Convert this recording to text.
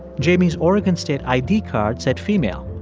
jamie's oregon state id card said female.